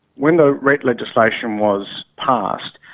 when the ret legislation was passed,